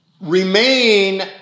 remain